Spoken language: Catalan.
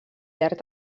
llarg